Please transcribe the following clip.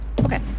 Okay